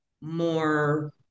more